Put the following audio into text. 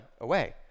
away